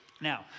Now